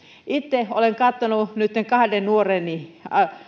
itse olen katsonut nytten kahden nuoreni